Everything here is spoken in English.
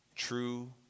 True